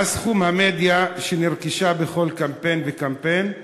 מה סכום המדיה שנרכשה בכל קמפיין וקמפיין?